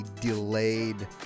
delayed